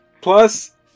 Plus